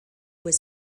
was